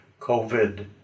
COVID